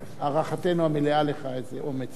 הערכתנו המלאה לך, איזה אומץ לב,